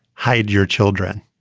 hide your children